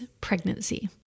pregnancy